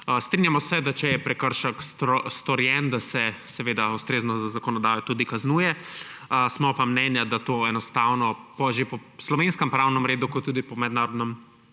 Strinjamo se, da če je prekršek storjen, da se seveda ustrezno z zakonodajo tudi kaznuje. Smo pa mnenja, da to enostavno po že po slovenskem pravnem redu kot tudi po mednarodnem